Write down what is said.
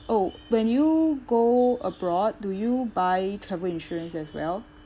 oh when you go abroad do you buy travel insurance as well